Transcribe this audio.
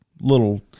little